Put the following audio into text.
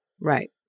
Right